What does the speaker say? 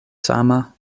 sama